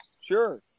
sure